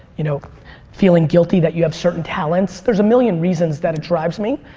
you know feeling guilty that you have certain talents, there's a million reasons that it drives me.